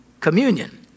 communion